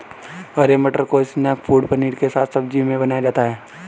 हरे मटर को snack food paneer के साथ सब्जी में बनाया जाता है